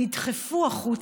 "נדחפו החוצה":